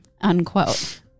unquote